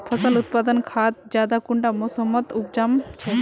फसल उत्पादन खाद ज्यादा कुंडा मोसमोत उपजाम छै?